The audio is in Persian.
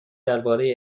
درباره